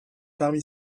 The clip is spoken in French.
parmi